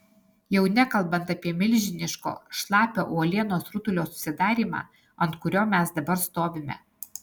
jau nekalbant apie milžiniško šlapio uolienos rutulio susidarymą ant kurio mes dabar stovime